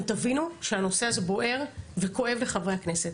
תבינו שהנושא הזה בוער וכואב לחברי הכנסת.